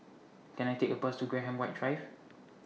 Can I Take A Bus to Graham White Drive